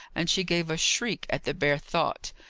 and she gave a shriek at the bare thought.